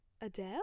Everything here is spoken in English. Adele